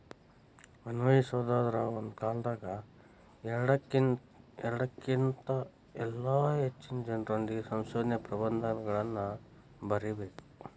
ಅನ್ವಯಿಸೊದಾದ್ರ ಒಂದ ಕಾಲದಾಗ ಎರಡಕ್ಕಿನ್ತ ಇಲ್ಲಾ ಹೆಚ್ಚಿನ ಜನರೊಂದಿಗೆ ಸಂಶೋಧನಾ ಪ್ರಬಂಧಗಳನ್ನ ಬರಿಬೇಕ್